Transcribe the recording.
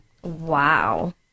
wow